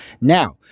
Now